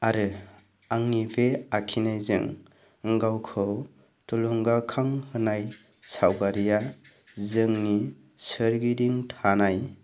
आरो आंनि बे आखिनायजों गावखौ थुलुंगाखां होनाय सावगारिया जोंनि सोरगिदिं थानाय